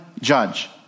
judge